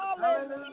Hallelujah